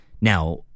now